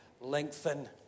lengthen